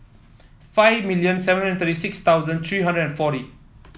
five million seven hundred thirty six thousand three hundred and forty